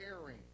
caring